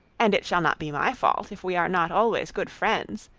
and it shall not be my fault if we are not always good friends,